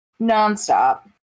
nonstop